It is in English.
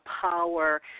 power